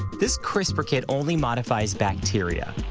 this crispr kit only modifies bacteria,